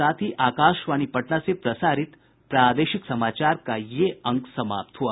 इसके साथ ही आकाशवाणी पटना से प्रसारित प्रादेशिक समाचार का ये अंक समाप्त हुआ